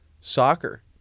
soccer